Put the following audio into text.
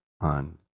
on